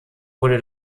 wurde